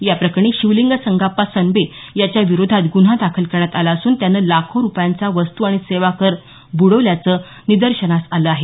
याप्रकरणी शिवलिंग संगाप्पा सनबे याच्या विरोधात गुन्हा दाखल करण्यात आला असून त्याने लाखो रुपयांचा वस्तू आणि सेवा कर ब्रडवल्याचं निदर्शनास आलं आहे